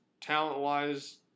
talent-wise